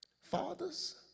Fathers